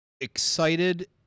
excited